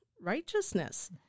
righteousness